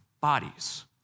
bodies